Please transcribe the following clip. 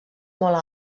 molt